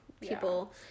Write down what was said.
people